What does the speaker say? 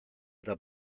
eta